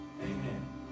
Amen